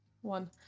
one